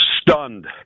Stunned